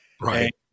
right